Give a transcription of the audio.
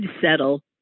settle